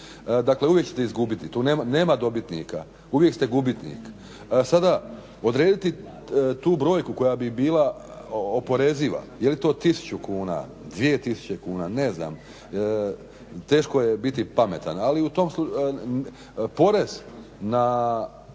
dakle uvijek ćete izgubiti, tu nema dobitnika uvijek ste gubitnik. Sada odrediti tu brojku koja bi bila oporeziva jeli to tisuću kuna, dvije tisuće kuna, ne znam teško je biti pametan. Porez na igre na